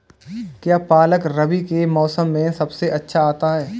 क्या पालक रबी के मौसम में सबसे अच्छा आता है?